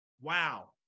wow